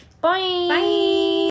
Bye